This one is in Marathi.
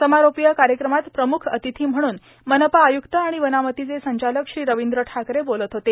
समारोपीय कायक्रमात प्रमुख र्आतथी म्हणून मनपा आय्क्त आर्गाण वनामतीचे संचालक श्री रवींद्र ठाकरे बोलत होते